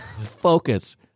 Focus